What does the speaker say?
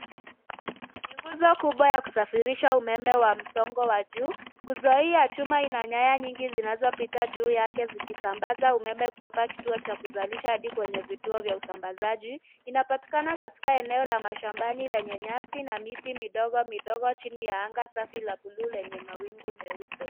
Ni nguzo kubwa ya kusafirisha umeme wa mzingo wa juu. Nguzo ii ya chuma ina nyanya nyingi zinazo pita juu yake zikisambaza umeme kutoka kituo cha kusalisha hadi kwenye vituo vya usambazaji. Inapatikana katika eneo la mashambani lenye nyasi na miti midogo midogo chini ya angaa safi la bluu lenye mawingu meupe.